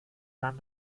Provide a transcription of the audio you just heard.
dann